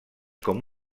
com